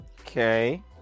Okay